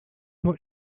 what